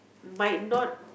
might not